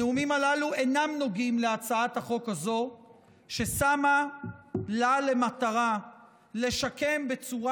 הנאומים הללו אינם נוגעים להצעת החוק הזאת ששמה לה למטרה לשקם בצורה